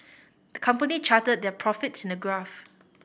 the company charted their profits in a graph